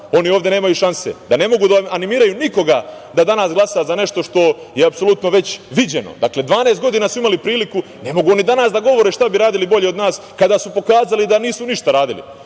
ovde nemaju šanse, da ne mogu da animiraju nikoga da danas glasa za nešto što je apsolutno već viđeno. Dakle, 12 godina su imali priliku. Ne mogu oni danas da govore šta bi radili bolje od nas kada su pokazali da nisu ništa radili,